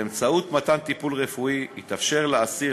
באמצעות מתן טיפול רפואי יתאפשר לאסיר